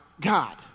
God